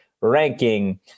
ranking